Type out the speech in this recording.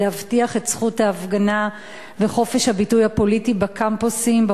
להבטיח את זכות ההפגנה וחופש הביטוי הפוליטי בקמפוסים,